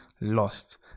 lost